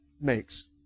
makes